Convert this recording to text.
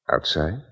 Outside